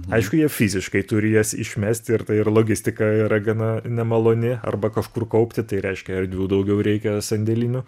aišku jie fiziškai turi jas išmesti ir tai ir logistika yra gana nemaloni arba kažkur kaupti tai reiškia erdvių daugiau reikia sandėlinių